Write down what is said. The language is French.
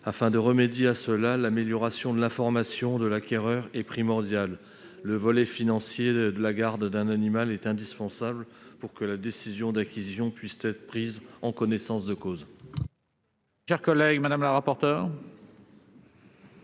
Afin d'y remédier, l'amélioration de l'information de l'acquéreur est primordiale : cette information financière relative à la garde d'un animal est donc indispensable pour que la décision d'acquisition puisse être prise en connaissance de cause.